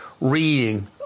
reading